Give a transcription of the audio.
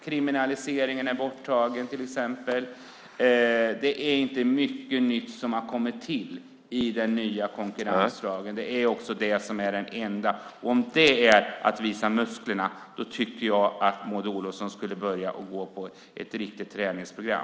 Kriminaliseringen är till exempel borttagen. Det är inte mycket nytt som har kommit till i den nya konkurrenslagen. Det är också det som är det enda. Om detta är att visa musklerna tycker jag att Maud Olofsson borde börja med ett riktigt träningsprogram.